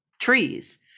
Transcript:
trees